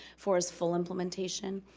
four is full implementation,